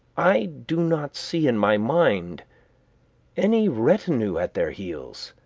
i do not see in my mind any retinue at their heels,